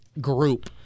group